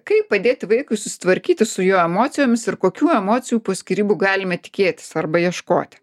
kaip padėti vaikui susitvarkyti su jo emocijomis ir kokių emocijų po skyrybų galime tikėtis arba ieškoti